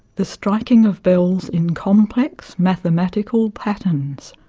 the striking of bells in complex mathematical patterns.